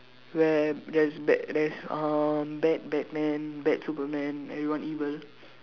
where there is bad there is uh bad Batman bad Superman everyone evil